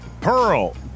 Pearl